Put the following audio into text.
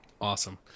awesome